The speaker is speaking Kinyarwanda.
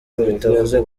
bitavuze